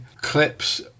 clips